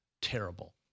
terrible